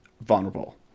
vulnerable